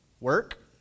Work